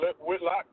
Whitlock